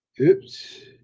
oops